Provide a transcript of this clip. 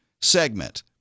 segment